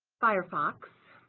firefox